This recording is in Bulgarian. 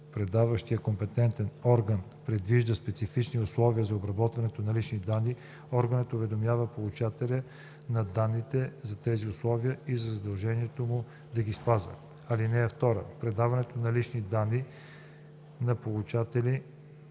предаващия компетентен орган, предвижда специфични условия за обработването на лични данни, органът уведомява получателя на данните за тези условия и за задължението му да ги спазва. (2) Предаването на лични данни на получатели